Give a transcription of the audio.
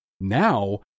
now